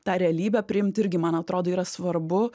tą realybę priimt irgi man atrodo yra svarbu